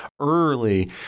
early